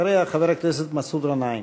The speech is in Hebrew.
אחריה, חבר הכנסת מסעוד גנאים.